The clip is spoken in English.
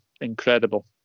incredible